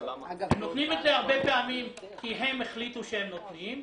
הם נותנים את זה הרבה פעמים כי הם החליטו שהם נותנים,